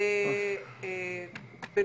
כי